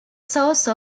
source